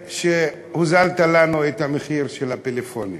וכשהוזלת לנו את המחיר של הפלאפונים